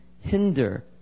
hinder